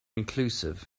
inclusive